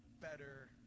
better